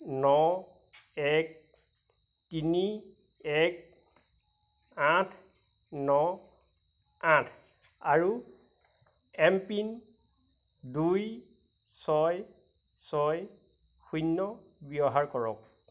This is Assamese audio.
ন এক তিনি এক আঠ ন আঠ আৰু এমপিন দুই ছয় ছয় শূন্য ব্যৱহাৰ কৰক